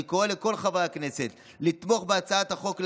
אני קורא לכל חברי הכנסת לתמוך בהצעת החוק,